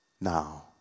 Now